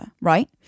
right